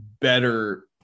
better